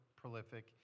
prolific